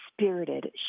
spirited